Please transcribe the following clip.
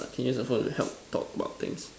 can use the phone to help talk about things